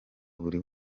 buri